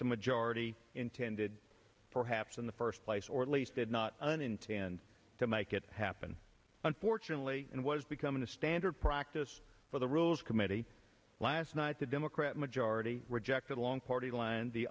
the majority intended perhaps in the first place or at least did not and intend to make it happen unfortunately and was becoming a standard practice for the rules committee last night the democrat majority rejected along party lines the